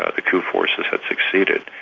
ah the coup forces had succeeded.